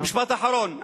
משפט אחרון.